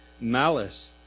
malice